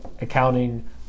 accounting